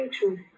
true